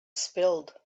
spilled